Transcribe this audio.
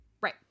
Right